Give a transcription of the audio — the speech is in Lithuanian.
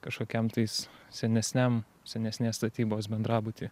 kažkokiam tais senesniam senesnės statybos bendrabuty